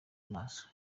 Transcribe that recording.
maso